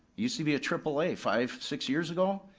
used to be a triple a five, six years ago.